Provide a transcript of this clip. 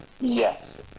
Yes